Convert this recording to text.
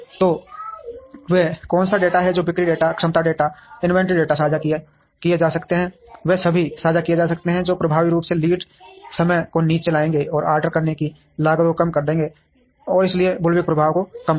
तो वे कौन से डेटा हैं जो बिक्री डेटा क्षमता डेटा इन्वेंट्री डेटा साझा किए जा सकते हैं वे सभी साझा किए जा सकते हैं जो प्रभावी रूप से लीड समय को नीचे लाएंगे और ऑर्डर करने की लागत को कम कर देंगे और इसलिए यह बुल्विप प्रभाव को कम करेगा